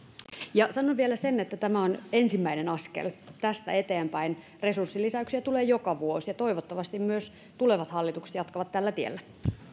ja sanon vielä sen että tämä on ensimmäinen askel tästä eteenpäin resurssilisäyksiä tulee joka vuosi ja toivottavasti myös tulevat hallitukset jatkavat tällä tiellä